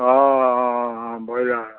অঁ অঁ অঁ